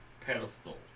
pedestal